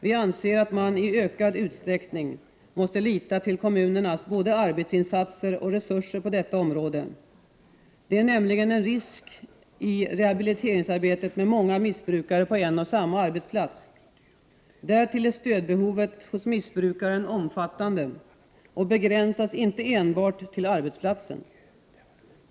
Vi anser att man i ökad utsträckning måste lita till kommunernas både arbetsinsatser och resurser på detta område. Det är nämligen en risk i rehabiliteringsarbetet med många missbrukare på en och samma arbetsplats. Därtill är stödbehovet hos missbrukaren omfattande och begränsas inte till enbart arbetsplatsen.